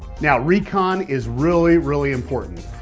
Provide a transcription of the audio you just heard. now recon is really, really important.